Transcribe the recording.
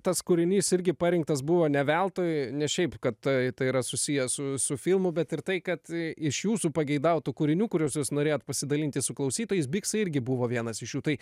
tas kūrinys irgi parinktas buvo ne veltui ne šiaip kad tai yra susiję su su filmu bet ir tai kad iš jūsų pageidautų kūrinių kuriuos jūs norėjot pasidalinti su klausytojais biksai irgi buvo vienas iš jų tai